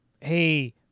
hey